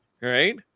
Right